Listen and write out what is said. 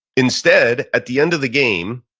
instead at the end of the game,